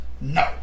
no